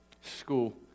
school